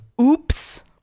oops